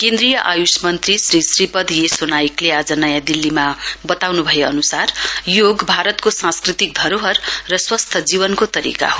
केन्द्रीय आयुष मन्त्री श्री श्रीपद येसो नाइकले आज नयाँ दिल्लीमा बताउनु भए अनुसार योग भारतको सांस्कृतिक धरोहर र स्वस्थ जीवनको तरीका हो